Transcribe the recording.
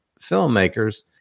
filmmakers